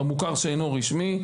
במוכר שאינו רשמי.